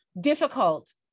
difficult